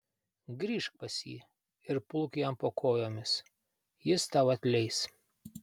grįžk pas jį ir pulk jam po kojomis jis tau atleis